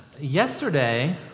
Yesterday